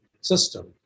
system